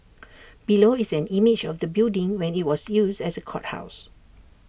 below is an image of the building when IT was used as A courthouse